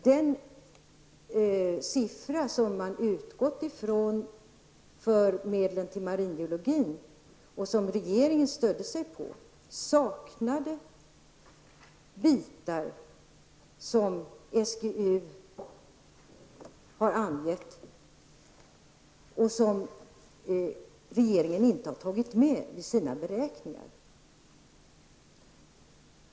Den summa som man utgått från när det gäller medel till maringeologi och som regeringen stödde sig på saknade vissa bitar som SGU hade angett och som regeringen således inte hade tagit med vid sina beräkningar.